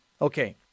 Okay